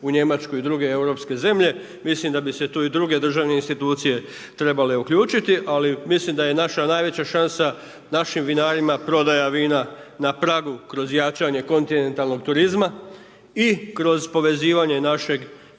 u Njemačku i druge europske zemlje. Mislim da bi se tu i druge državne institucije trebale uključiti ali mislim da je naša najveća šansa našim vinarima prodaja vina na pragu kroz jačanje kontinentalnog turizma i kroz povezivanje našeg